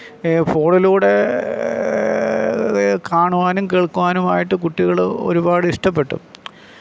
ഫോണിലൂടെ കാണുവാനും കേൾക്കാനും ആയിട്ട് കുട്ടികൾ ഒരുപാട് ഇഷ്ടപ്പെട്ടു